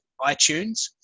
iTunes